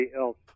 else